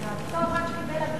אותו אחד שקיבל הגליה,